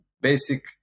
basic